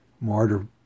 martyr